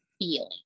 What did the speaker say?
feeling